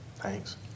Thanks